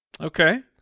Okay